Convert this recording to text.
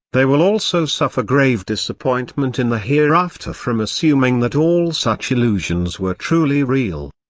they will also suffer grave disappointment in the hereafter from assuming that all such illusions were truly real.